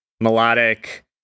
melodic